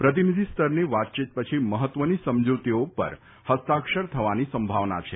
પ્રતિનિધિસ્તરની વાતચીત પછી મહત્વની સમજૂતીઓ ઉપર હસ્તાક્ષર થવાની સંભાવના છે